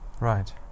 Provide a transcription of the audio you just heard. Right